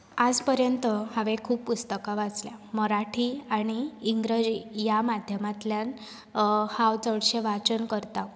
आयज पर्यंत हांवें खूब पुस्तकां वाचल्यात मराठी आनी इंग्रेजी ह्या माध्यमांतल्यान हांव चडशें वाचन करतां